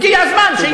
הגיע הזמן, תודה.